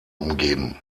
umgeben